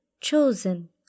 chosen